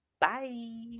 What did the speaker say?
Bye